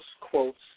quotes